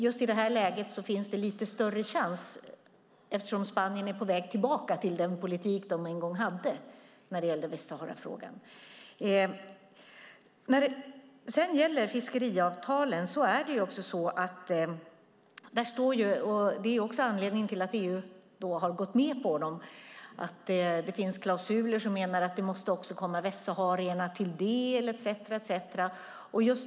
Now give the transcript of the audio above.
I det här läget finns det lite större chans, eftersom Spanien är på väg tillbaka till den politik det en gång hade i Västsaharafrågan. Anledningen till att EU har gått med på fiskeavtalen är att det finns klausuler som menar att det också måste komma västsaharierna till del etcetera.